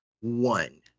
one